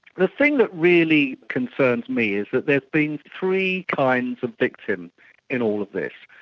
the thing that really concerns me is that there've been three kinds of victim in all of this.